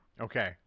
Okay